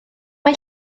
mae